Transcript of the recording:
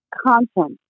content